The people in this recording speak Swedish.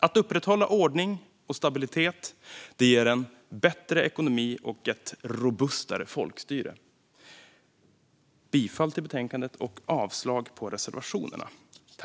Att upprätthålla ordning och stabilitet ger en bättre ekonomi och ett robustare folkstyre. Jag yrkar bifall till förslaget i betänkandet och avslag på reservationerna.